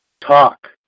Talk